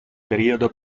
periodo